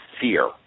fear